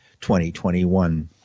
2021